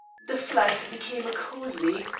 the flat became a cosy,